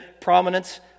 prominence